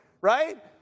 right